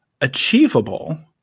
achievable